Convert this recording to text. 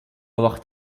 avoir